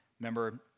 Remember